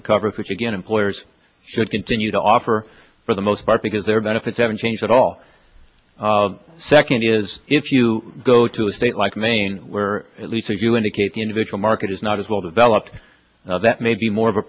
a cover which again employers should continue to offer for the most part because their benefits haven't changed at all second is if you go to a state like maine where at least as you indicate the individual market is not as well developed that may be more of a